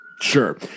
Sure